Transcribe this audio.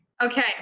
Okay